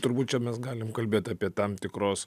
turbūt čia mes galim kalbėt apie tam tikros